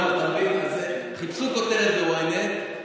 חיפשו כותרת ב-ynet,